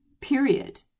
Period